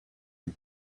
and